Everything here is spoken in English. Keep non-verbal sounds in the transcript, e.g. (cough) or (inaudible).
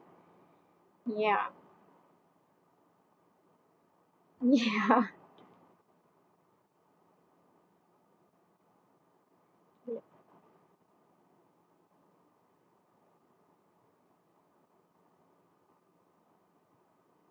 ya (laughs) ya